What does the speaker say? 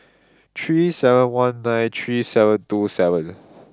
three seven one nine three seven two seven